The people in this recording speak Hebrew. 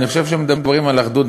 אני חושב שכאשר מדברים על אחדות,